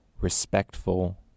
respectful